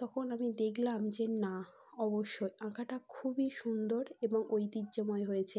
তখন আমি দেখলাম যে না অবশ্যই আঁকাটা খুবই সুন্দর এবং ঐতিহ্যময় হয়েছে